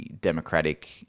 Democratic